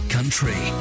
Country